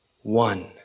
one